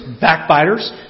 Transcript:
backbiters